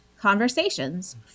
conversations